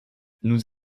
nous